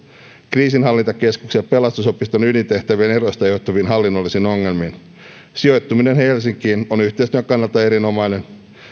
kriisinhallintakeskuksen ja pelastusopiston ydintehtävien eroista johtuviin hallinnollisiin ongelmiin sijoittuminen helsinkiin on yhteistyön kannalta erinomaista